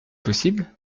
possible